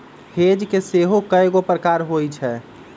hedge के सेहो कएगो प्रकार होइ छै